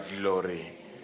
glory